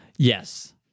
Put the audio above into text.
Yes